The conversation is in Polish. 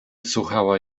słuchała